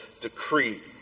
decree